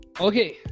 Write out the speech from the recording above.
Okay